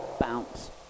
bounce